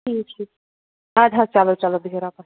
ٹھیٖک چُھ اَدٕ حظ چلو چلو بِہِو رۄبَس